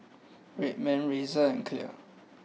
Red Man Razer and Clear